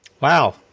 Wow